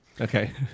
Okay